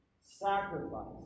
sacrifice